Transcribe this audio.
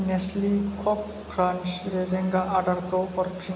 नेस्लि कक क्रान्स रेजेंगा आदारखौ हरफिन